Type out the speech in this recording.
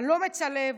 על אומץ הלב,